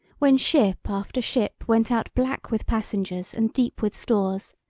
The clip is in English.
when ship after ship went out black with passengers and deep with stores,